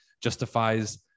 justifies